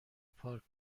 پارک